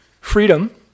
Freedom